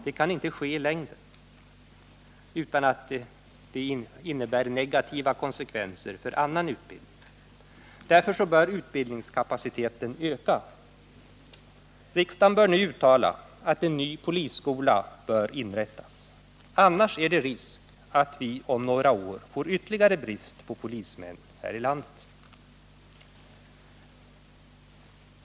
Det kan inte ske i längden utan att negativa konsekvenser uppstår för annan utbildning. Därför bör utbildningskapaciteten öka. Riksdagen bör nu uttala att en ny polisskola bör inrättas. Annars är det risk att vi om några år får ytterligare brist på polismän här i landet.